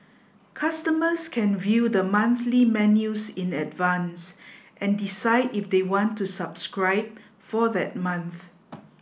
customers can view the monthly menus in advance and decide if they want to subscribe for that month